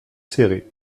serré